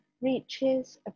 reaches